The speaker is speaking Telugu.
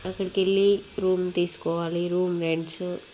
అక్కడికి వెళ్లి రూమ్ తీసుకోవాలి రూమ్ రెంట్స్